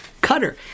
Cutter